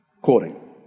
Quoting